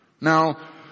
Now